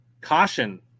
Caution